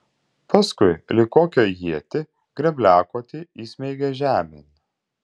paskui lyg kokią ietį grėbliakotį įsmeigė žemėn